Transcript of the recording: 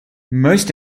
most